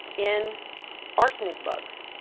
in arsenic bugs?